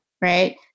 Right